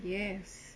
yes